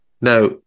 Now